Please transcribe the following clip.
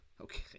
Okay